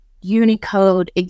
Unicode